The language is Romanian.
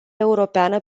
europeană